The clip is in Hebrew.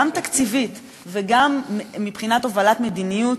גם תקציבית וגם מבחינת הובלת מדיניות,